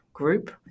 group